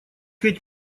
ведь